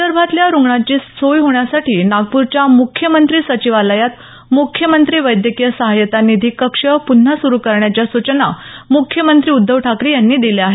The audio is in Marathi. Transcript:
विदर्भातल्या रुग्णांची सोय होण्यासाठी नागपूरच्या मुख्यमंत्री संचिवालयात मुख्यमंत्री वैद्यकीय सहायता निधी कक्ष पुन्हा सुरू करण्याच्या सूचना मुख्यमंत्री उद्धव ठाकरे यांनी दिल्या आहेत